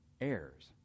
heirs